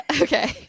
Okay